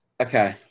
okay